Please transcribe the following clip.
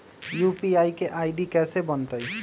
UPI के ID कैसे बनतई?